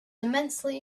immensely